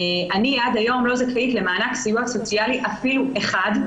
אני עד היום לא זכאית למענק סיוע סוציאלי אפילו אחד,